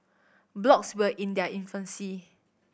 blogs were in their infancy